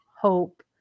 hope